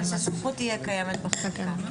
אז הסמכות תהיה קיימת בחקיקה?